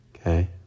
Okay